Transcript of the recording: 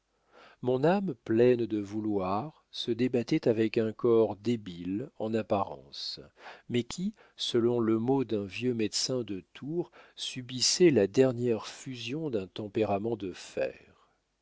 mon âme pleine de vouloirs se débattait avec un corps débile en apparence mais qui selon le mot d'un vieux médecin de tours subissait la dernière fusion d'un tempérament de fer